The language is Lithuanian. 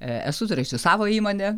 esu turėjusi savo įmonę